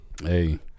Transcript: Hey